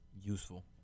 useful